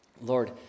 Lord